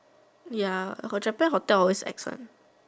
ya got Japan hotel always ex one